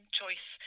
choice